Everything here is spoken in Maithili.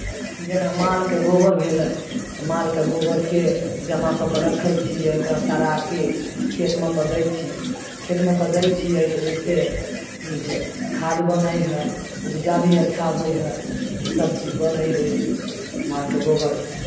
जेना मालके गोबर भेलै तऽ मालके गोबरके जमा कऽ कऽ रखै छिए ओकरा सड़ाके खेतमे कऽ दै छिए खेतमे कऽ दै छिए तऽ ओहिसँ खाद बनै हइ उपजा भी अच्छा होइ हइ सबचीज बनै हइ ओहिसँ मालके गोबर से